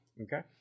Okay